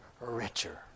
richer